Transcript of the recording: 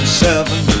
seven